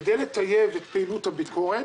כדי לטייב את פעילות הביקורת,